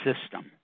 system